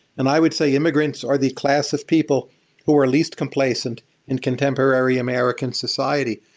and i would say immigrants are the class of people who are lease complacent in contemporary american society.